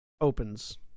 opens